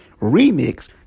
remix